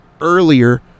earlier